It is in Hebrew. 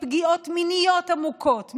מפגיעות מיניות עמוקות,